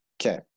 Okay